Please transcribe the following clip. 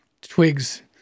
twigs